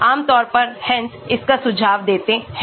आमतौर पर Hansch इसका सुझाव देते हैं